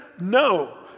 No